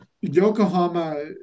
Yokohama